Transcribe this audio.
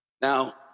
Now